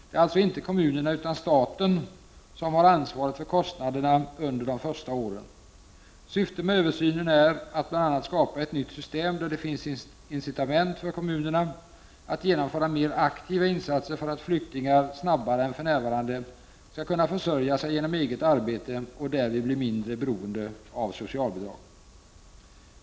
Det är alltså inte kommunerna utan staten som har ansvaret för kostnaderna under de första åren. Syftet med översynen är att bl.a. skapa ett nytt system där det finns incitament för kommunerna att genomföra mer aktiva insatser för att flyktingar snabbare än för närvarande skall kunna försörja sig genom ett eget arbete och därvid bli mindre beroende av socialbidrag.